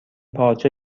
پارچه